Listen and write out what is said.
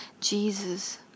Jesus